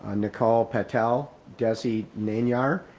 ah nicole patel, desi nayer,